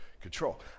control